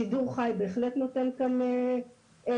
שידור חי בהחלט נותן כאן פתרון.